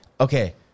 Okay